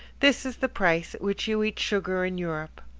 this is the price at which you eat sugar in europe.